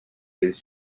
his